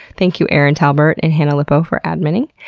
thank you erin talbert and hannah lipow for adminning.